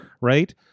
right